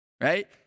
right